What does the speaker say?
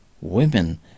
women